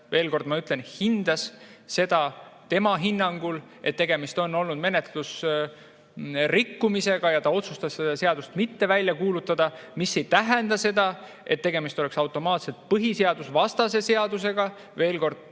veel kord ütlen: hindas seda – ja tema hinnangul on tegemist olnud menetlusrikkumisega. Ta otsustas seda seadust mitte välja kuulutada. See ei tähenda seda, et tegemist oleks automaatselt põhiseadusvastase seadusega. Veel kord: